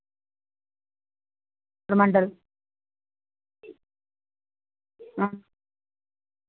Purmandal